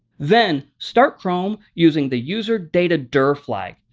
then start chrome using the user-data-dir flag.